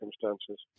circumstances